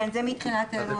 כן, זה מתחילת היום.